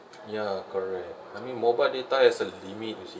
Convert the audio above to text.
ya correct I mean mobile data has a limit you see